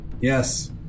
yes